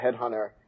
headhunter